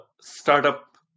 startup